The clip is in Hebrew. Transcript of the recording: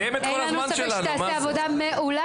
אין לנו ספק שתעשה עבודה מעולה.